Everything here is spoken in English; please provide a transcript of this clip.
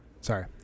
Sorry